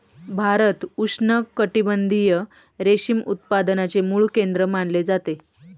भारत उष्णकटिबंधीय रेशीम उत्पादनाचे मूळ केंद्र मानले जाते